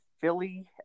Philly